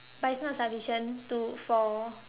but it's not sufficient to for